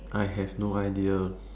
I have no idea